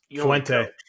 Fuente